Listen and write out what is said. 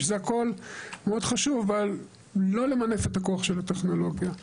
שזה הכל מאוד חשוב אבל לא למנף את הכוח של הטכנולוגיה.